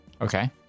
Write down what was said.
Okay